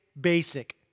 basic